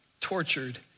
tortured